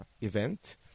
event